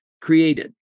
created